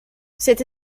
cette